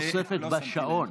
תוספת בשעון.